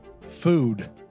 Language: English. food